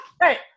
Hey